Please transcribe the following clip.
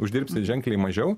uždirbsi ženkliai mažiau